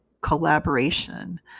collaboration